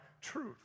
truth